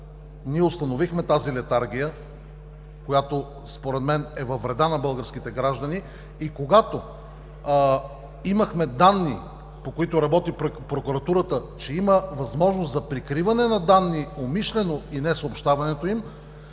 ние установихме тази летаргия, която според мен е във вреда на българските граждани, и когато имахме данни, по които работи прокуратурата, че има възможност за прикриване на данни – умишлено и не съобщаването им,